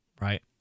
right